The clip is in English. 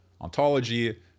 ontology